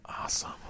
Awesome